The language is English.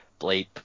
bleep